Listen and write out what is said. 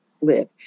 live